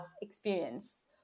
experience